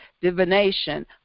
divination